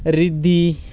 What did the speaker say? ঋদ্ধি